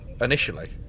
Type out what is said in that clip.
initially